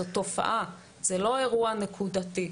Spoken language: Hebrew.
זה לא אירוע נקודתי,